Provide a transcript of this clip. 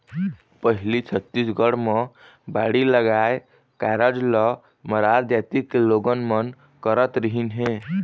पहिली छत्तीसगढ़ म बाड़ी लगाए कारज ल मरार जाति के लोगन मन करत रिहिन हे